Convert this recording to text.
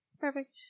Perfect